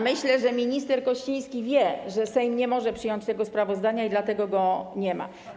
Myślę, że minister Kościński wie, że Sejm nie może przyjąć tego sprawozdania, i dlatego go nie ma.